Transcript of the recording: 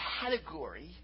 category